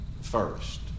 first